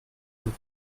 and